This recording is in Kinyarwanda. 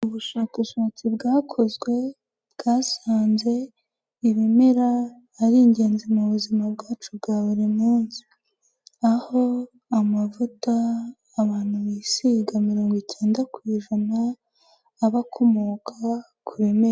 Ubushakashatsi bwakozwe bwasanze ibimera ari ingenzi mu buzima bwacu bwa buri munsi aho amavuta abantu bisigaga mirongo ikenda ku ijana aba akomoka ku biremera.